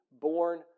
born